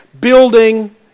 building